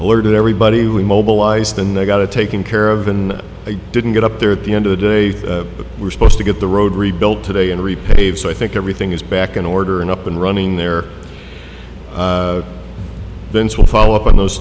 alerted everybody we mobilized and they got to taken care of and they didn't get up there at the end of the day but we're supposed to get the road rebuilt today and repave so i think everything is back in order and up and running their bins will follow up on those